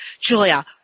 Julia